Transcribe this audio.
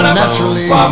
naturally